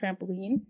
trampoline